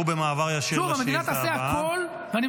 ובמעבר ישיר לשאילתה הבאה.